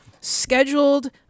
scheduled